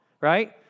right